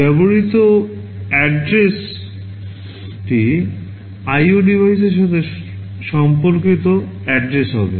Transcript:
ব্যবহৃত address টি IO ডিভাইসের সাথে সম্পর্কিত address হবে